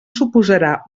suposarà